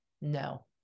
No